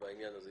בעניין הזה.